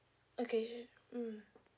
okay su~ mm